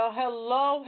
hello